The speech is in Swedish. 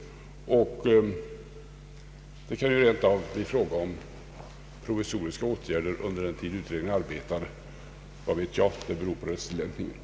Det kan rent av bli fråga om provisoriska åtgärder under den tid utredningen arbetar. Vad vet jag, det beror på rättstillämpningen.